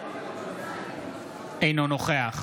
אינו נוכח